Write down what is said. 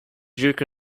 duke